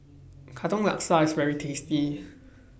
Katong Laksa IS very tasty